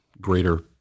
greater